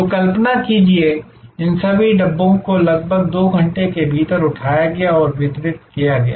तो कल्पना कीजिए कि इन सभी डब्बों को लगभग 2 घंटे के भीतर उठाया गया और वितरित किया गया